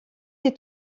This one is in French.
des